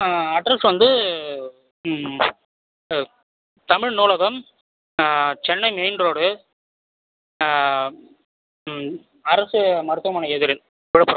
address வந்து தமிழ் நூலகம் Chennai main road அரசு மருத்துவமனை எதிரில் விழுப்புரம்